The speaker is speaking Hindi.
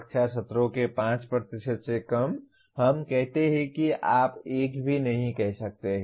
कक्षा सत्रों के 5 से कम हम कहते हैं कि आप 1 भी नहीं कह सकते हैं